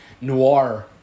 noir